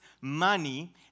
money